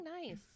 nice